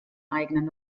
eigenen